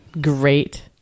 great